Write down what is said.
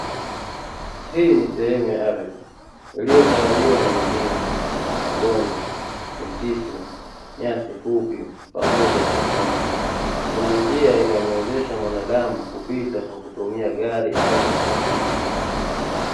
Hii ni sehemu ya ardhi iliyotawaliwa na milima, mabonde, misitu, nyasi fupi pamoja na vichaka. Kuna njia inayomuwezesha mwanadamu kupita kwa kutumia gari au kwa miguu.